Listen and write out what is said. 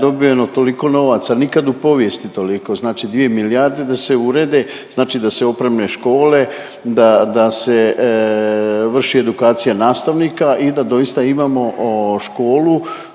dobiveno toliko novaca nikad u povijesti toliko, znači dvije milijarde da se urede znači da se opreme škole, da se vrši edukacija nastavnika i da doista imamo o školu